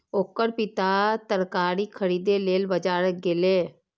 ओकर पिता तरकारी खरीदै लेल बाजार गेलैए